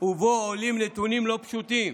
ובו עולים נתונים לא פשוטים